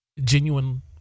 genuine